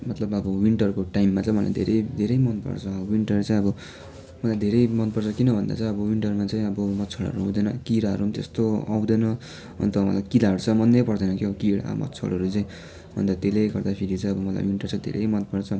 मतलब अब विन्टरको टाइममा चाहिँ मलाई धेरै धेरै मनपर्छ विन्टर चाहिँ अब मलाई धेरै मनपर्छ किन भन्दा चाहिँ अब विन्टरमा चाहिँ अब मच्छरहरू पनि हुँदैन किराहरू पनि त्यस्तो आउँदैन अन्त मलाई किराहरू चाहिँ मनैपर्दैन के हो किरा मच्छरहरू चाहिँ अन्त त्यसले गर्दाखेरि चाहिँ अब मलाई विन्टर चाहिँ धेरै मनपर्छ